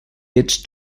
each